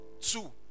two